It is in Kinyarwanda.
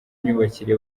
imyubakire